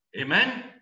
Amen